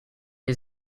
new